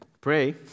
pray